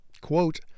quote